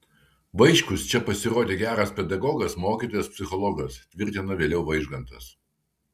vaičkus čia pasirodė geras pedagogas mokytojas psichologas tvirtina vėliau vaižgantas